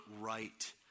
right